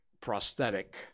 prosthetic